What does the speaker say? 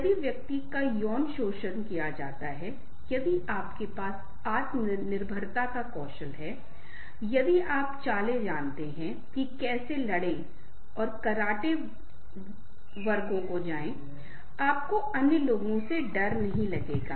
यदि व्यक्ति का यौन शोषित किया जाता है यदि आपके पास आत्मनिर्भरता का कौशल है यदि आप चालें जानते हैं की कैसे लड़ें और कराटे वर्गों को जाएं आपको अन्य लोगों से डर नहीं लगेगा